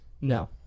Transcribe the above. No